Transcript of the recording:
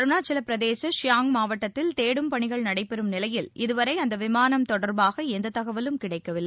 அருணாச்சவப்பிரதேச ஷியாங் மாவட்டத்தில் தேடும் பணிகள் நடைபெறும் நிலையில் இதுவரை அந்த விமானம் தொடர்பாக எந்த தகவலும் கிடைக்கவில்லை